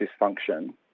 dysfunction